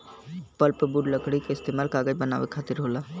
pulpwood लकड़ी क इस्तेमाल कागज बनावे खातिर होला